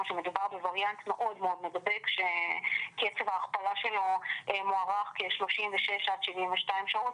שמדובר בווריאנט מאוד מדבק שקצב ההכפלה שלו מוערך כ-36 עד 72 שעות.